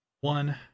one